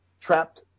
trapped